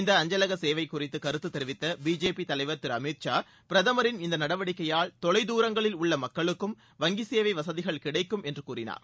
இந்த அஞ்சலக சேவை குறித்து கருத்து தெரிவித்த பிஜேபி தலைவர் திரு அமித்ஷா பிரதமரின் இந்த நடவடிக்கையால் தொலைதூரங்களில் உள்ள மக்களுக்கும் வங்கி சேவை வசதிகள் கிடைக்கும் என்று கூறினார்